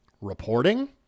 reporting